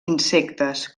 insectes